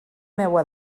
meua